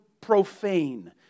profane